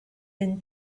been